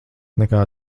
nekā